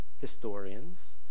historians